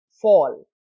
fall